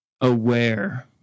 aware